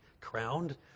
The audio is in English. crowned